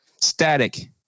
static